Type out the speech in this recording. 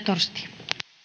arvoisa